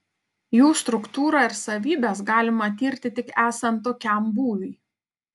jų struktūrą ir savybes galima tirti tik esant tokiam būviui